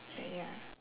ya